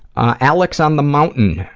ah, alex on the mountain,